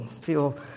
feel